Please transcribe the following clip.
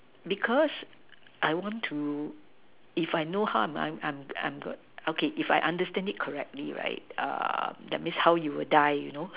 because I want to if I know how I'm I'm I'm I'm okay if I understand it correctly right err that means how you will die you know